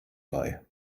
bei